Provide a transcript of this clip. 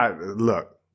Look